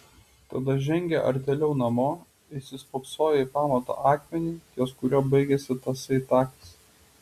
tada žengė artėliau namo įsispoksojo į pamato akmenį ties kuriuo baigėsi tasai takas